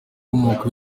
inkomoko